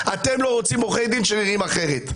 אנחנו נשמע את לשכת עורכי הדין אחרי זה,